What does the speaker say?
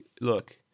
look